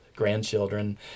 grandchildren